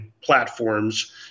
platforms